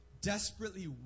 desperately